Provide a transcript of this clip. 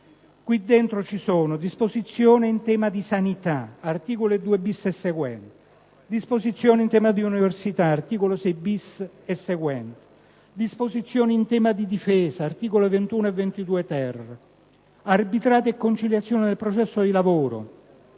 Qui dentro ci sono disposizioni in tema di sanità (articoli 2-*bis* e seguenti), disposizioni in tema di università (articoli 6-*bis* e seguenti), disposizioni in tema di difesa (articoli 21 e 22-*ter*), arbitrato e conciliazione nel processo del lavoro